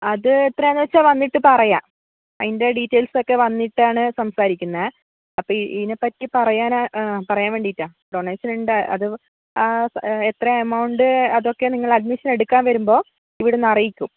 ഇത് എത്രയാണെന്ന് വെച്ചാൽ വന്നിട്ട് പറയാം അതിൻ്റെ ഡീറ്റൈൽസ് ഒക്കെ വന്നിട്ട് ആണ് സംസാരിക്കുന്നത് അപ്പോൾ ഇതിനെ പറ്റി പറയാൻ പറയാൻ വേണ്ടിയിട്ടാണ് ഡൊണേഷൻ ഉണ്ട് അത് എത്രയാണ് എമൗണ്ട് അതൊക്കെ നിങ്ങൾ അഡ്മിഷൻ എടുക്കാൻ വരുമ്പോൾ ഇവിടുന്ന് അറിയിക്കും